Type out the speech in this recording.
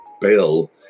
bill